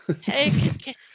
Hey